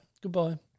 Goodbye